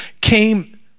came